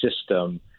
system